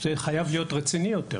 זה חייב להיות רציני יותר.